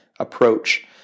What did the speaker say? Approach